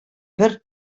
бер